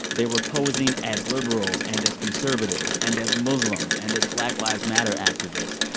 they were posing as liberals and as conservatives and as muslims and as black lives matter activists.